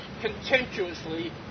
contemptuously